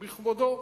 בכבודו.